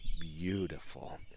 beautiful